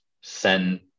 send